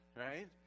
right